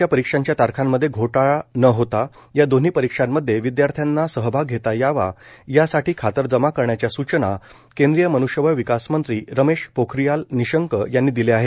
च्या परीक्षांच्या तारखांमध्ये घोटाळा न होता या दोन्ही परीक्षांमध्ये विद्यार्थ्यांना सहभाग घेता यावा यासाठी खातरजमा करण्याच्या सूचना केंद्रीय मन्ष्यबळ विकास मंत्री रमेश पोखरियाल निशंक यांनी दिल्या आहेत